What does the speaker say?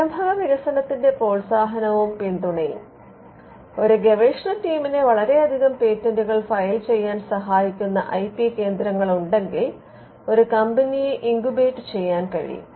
സംരംഭകവികസനത്തിന്റെ പ്രോത്സാഹനവും പിന്തുണയും ഒരു ഗവേഷണ ടീമിനെ വളരെയധികം പേറ്റന്റുകൾ ഫയൽ ചെയ്യാൻ സഹായിക്കുന്ന ഐ പി കേന്ദ്രങ്ങളുണ്ടെങ്കിൽ ഒരു കമ്പനിയെ ഇൻകുബേറ്റ് ചെയ്യാൻ കഴിയും